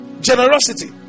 Generosity